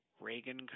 reagan